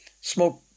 smoke